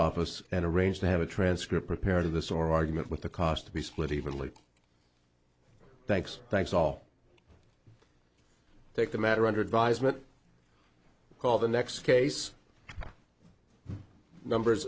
office and arrange to have a transcript prepared of this or argument with the cost to be split evenly thanks thanks all take the matter under advisement call the next case numbers